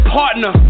partner